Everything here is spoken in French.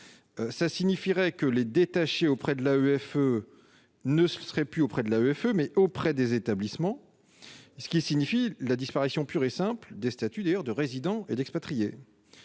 ça signifierait que les détaché auprès de la UFE ne serait plus auprès de la EFE mais auprès des établissements, ce qui signifie la disparition pure et simple des statuts d'ailleurs de résidents et d'expatriés,